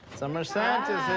summer santa's